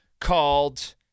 called